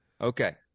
okay